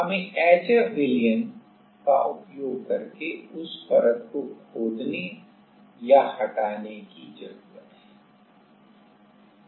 हमें HF विलयन का उपयोग करके उस परत को खोदने या हटाने की जरूरत है